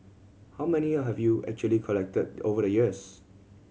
how many have you actually collected over the years